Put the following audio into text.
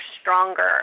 stronger